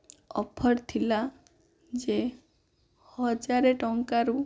offer ଥିଲା ଯେ ହଜାର ଟଙ୍କାରୁ